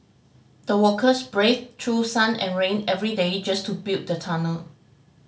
the workers braved through sun and rain every day just to build the tunnel